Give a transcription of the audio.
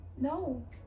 no